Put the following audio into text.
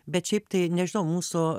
bet šiaip tai nežinau mūsų